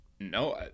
No